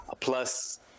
plus